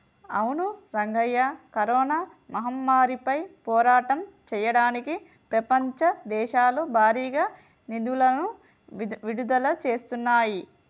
అవును రంగయ్య కరోనా మహమ్మారిపై పోరాటం చేయడానికి ప్రపంచ దేశాలు భారీగా నిధులను విడుదల చేస్తున్నాయి